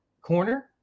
corner